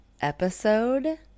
episode